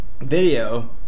video